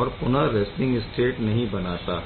और पुनः resting state नहीं बनाता